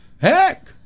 heck